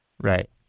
Right